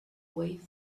way